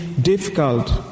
difficult